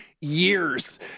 years